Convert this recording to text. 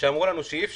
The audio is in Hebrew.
שאמרו לנו שאי אפשר,